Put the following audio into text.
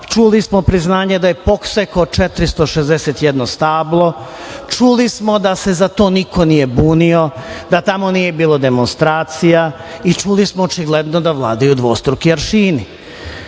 Čuli smo priznanje da je posekao 461 stablo. Čuli smo da se za to niko nije bunio, da tamo nije bilo demonstracija i čuli smo očigledno da vladaju dvostruki aršini. Ja